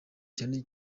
cyane